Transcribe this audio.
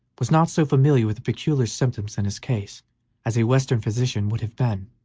was not so familiar with the peculiar symptoms in his case as a western physician would have been.